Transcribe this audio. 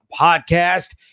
podcast